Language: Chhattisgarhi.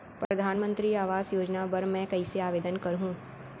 परधानमंतरी आवास योजना बर मैं कइसे आवेदन करहूँ?